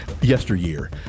Yesteryear